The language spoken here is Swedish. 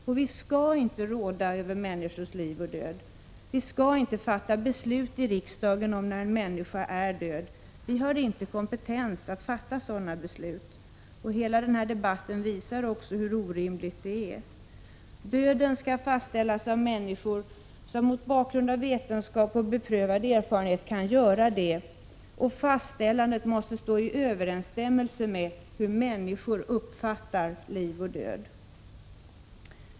Och vi skall inte råda över människors liv och död. Vi skall inte fatta beslut i riksdagen om när en människa är död, vi har inte kompetens att fatta sådana beslut. Hela denna debatt visar också hur orimligt det är. Döden skall fastställas av människor som mot bakgrund av vetenskap och beprövad erfarenhet kan göra detta. Och fastställandet måste stå i överensstämmelse med hur människor uppfattar liv och död.